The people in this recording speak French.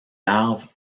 larve